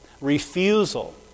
refusal